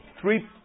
three